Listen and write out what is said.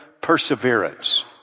Perseverance